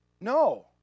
No